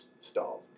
stalled